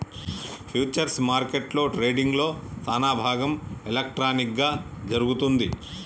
futures మార్కెట్లో ట్రేడింగ్లో సానాభాగం ఎలక్ట్రానిక్ గా జరుగుతుంది